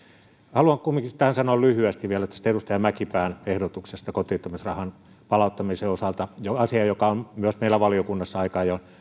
haluan kumminkin sanoa lyhyesti vielä tästä edustaja mäkipään ehdotuksesta kotiuttamisrahan palauttamisen osalta asiasta joka on myös meillä valiokunnassa aika ajoin